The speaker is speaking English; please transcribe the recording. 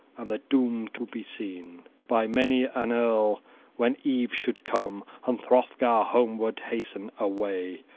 and the doom to be seen by many an earl when eve should come, and hrothgar homeward hasten away,